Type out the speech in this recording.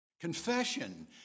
confession